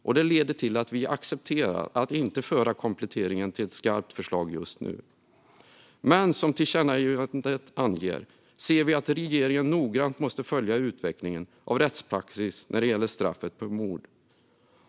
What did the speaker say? Detta leder till att vi accepterar att inte föra kompletteringen till ett skarpt förslag just nu. Som tillkännagivandet anger ser vi dock att regeringen noggrant måste följa utvecklingen av rättspraxis när det gäller straffet för mord.